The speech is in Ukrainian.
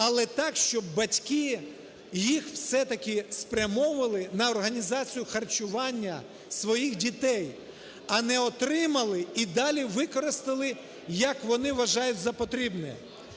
Але так, щоб батьки їх все-таки спрямовували на організацію харчування своїх дітей, а не отримали і далі використали, як вони вважають за потрібне.